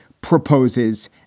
proposes